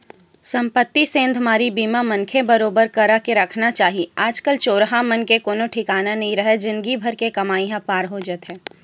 संपत्ति सेंधमारी बीमा मनखे बरोबर करा के रखना चाही आज कल चोरहा मन के कोनो ठिकाना नइ राहय जिनगी भर के कमई ह पार हो जाथे